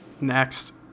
Next